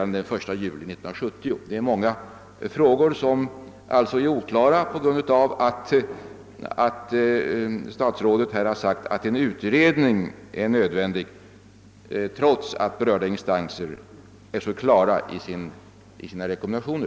Det är alltså många frågor som är oklara på grund av att statsrådet har sagt att en utredning är nödvändig trots att berörda instanser givit så klara rekommendationer.